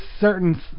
certain